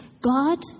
God